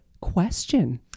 question